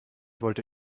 wollte